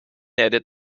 edit